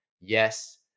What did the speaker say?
Yes